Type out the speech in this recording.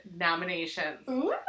nominations